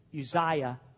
Uzziah